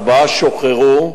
ארבעה שוחררו